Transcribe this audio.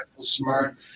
smart